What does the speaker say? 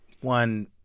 one